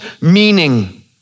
meaning